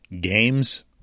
games